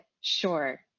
sure